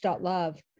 Love